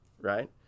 right